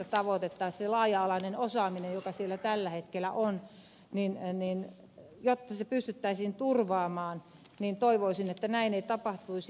jotta se laaja alainen osaaminen joka siellä tällä hetkellä on pystyttäisiin turvaamaan toivoisin että näin ei tapahtuisi